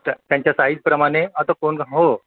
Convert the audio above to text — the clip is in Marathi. त्या त्यांच्या साईझप्रमाणे आता कोण हो